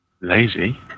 Lazy